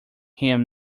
him